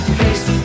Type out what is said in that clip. face